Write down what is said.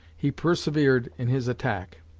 he persevered in his attack.